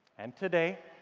and today,